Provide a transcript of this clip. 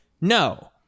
no